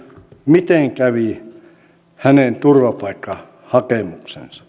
miten kävi hänen turvapaikkahakemuksensa